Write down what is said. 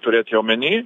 turėti omeny